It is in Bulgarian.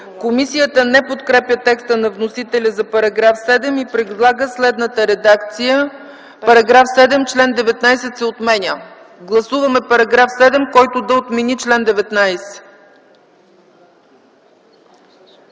Комисията не подкрепя текста на вносителя за § 7 и предлага следната редакция: „§ 7. Член 19 се отменя.” Гласуваме § 7, който да отмени чл. 19.